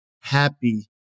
happy